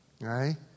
right